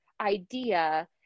idea